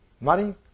money